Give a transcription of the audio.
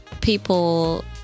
People